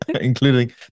including